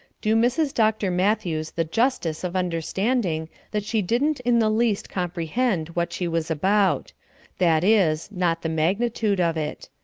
do mrs. dr. matthews the justice of understanding that she didn't in the least comprehend what she was about that is, not the magnitude of it.